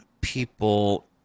people